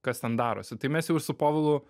kas ten darosi tai mes jau su povilu